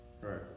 Right